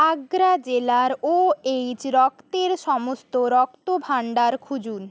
আগ্রা জেলার ওএইচ রক্তের সমস্ত রক্তভাণ্ডার খুঁজুন